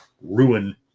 ruin